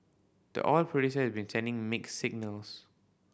the oil producer has been sending mixed signals